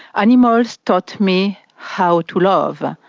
animals taught me how to love.